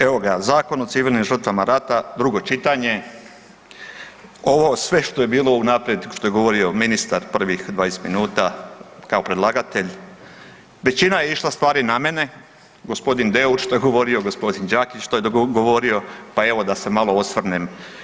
Evo ga Zakon o civilnim žrtvama rata, drugo čitanje, ovo sve što je bilo unaprijed što je govorio ministar prvih 20 minuta kao predlagatelj većina je išla stvari na mene, gospodin Deur što je govorio, gospodin Đakić što je govorio, pa evo malo da se osvrnem.